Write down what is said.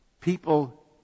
People